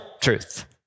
truth